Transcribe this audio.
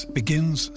begins